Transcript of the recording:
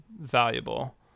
valuable